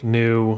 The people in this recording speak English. new